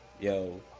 yo